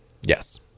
Yes